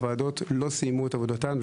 הוועדות לא סיימו את עבודתן,